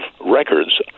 records